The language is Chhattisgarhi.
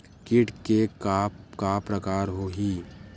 कीट के का का प्रकार हो होही?